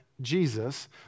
Jesus